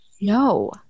No